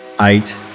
Eight